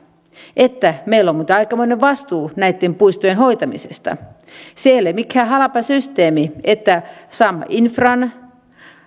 että meillä on aikamoinen vastuu näitten puistojen hoitamisesta se ei ole mikään halpa systeemi että saamme infran